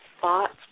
thoughts